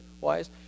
wise